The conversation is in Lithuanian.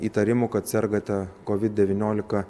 įtarimų kad sergate kovid devyniolika